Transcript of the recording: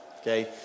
okay